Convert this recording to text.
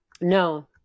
No